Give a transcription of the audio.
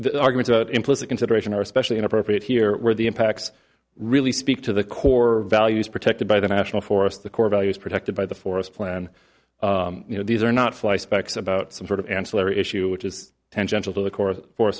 going to implicit consideration are especially inappropriate here where the impacts really speak to the core values protected by the national forest the core values protected by the forest plan you know these are not fly specks about some sort of ancillary issue which is tangential to the co